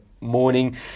morning